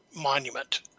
monument